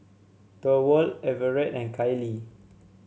Thorwald Everett and Kylie